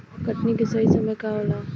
कटनी के सही समय का होला?